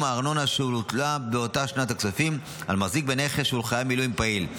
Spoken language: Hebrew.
הארנונה שהוטלה באותה שנת הכספים על מחזיק בנכס שהוא חייל מילואים פעיל.